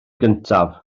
gyntaf